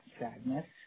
sadness